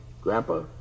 grandpa